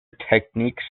techniques